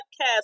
podcast